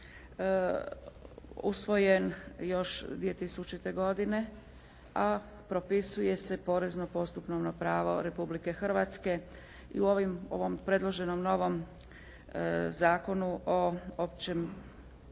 usvojen još 2000. godine a propisuje se porezno postupovno pravo Republike Hrvatske i u ovim, ovom predloženom novom Zakonu o općem,